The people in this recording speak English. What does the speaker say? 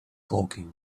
talking